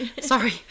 Sorry